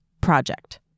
project